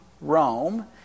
Rome